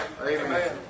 Amen